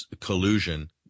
collusion